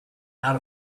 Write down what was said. out